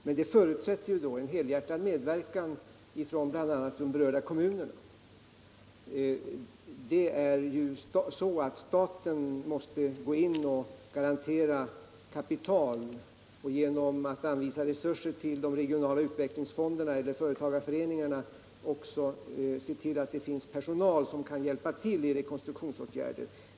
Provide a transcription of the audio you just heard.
Men det förutsätter en helhjärtad medverkan från bl.a. de berörda kommunerna. Staten måste gå in och garantera kapital och genom att anvisa resurser till de regionala utvecklingsfonderna eller företagareföreningarna också se till att det finns personal som kan hjälpa med rekonstruktionsåtgärder.